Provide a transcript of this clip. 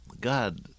God